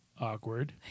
Awkward